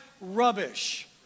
rubbish